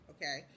Okay